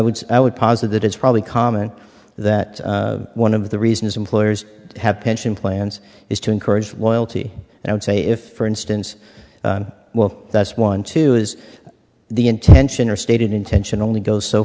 say i would posit that it's probably common that one of the reasons employers have pension plans is to encourage loyalty and i would say if for instance well that's one too is the intention or stated intention only goes so